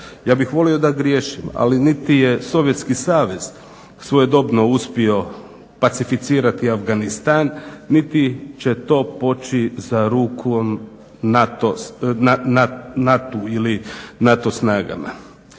Ja bih volio da griješim, ali niti je Sovjetski savez svojedobno uspio pacificirati Afganistan, niti će to poći za rukom NATO-u ili NATO snagama.